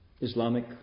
Islamic